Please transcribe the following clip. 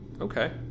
Okay